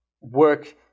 work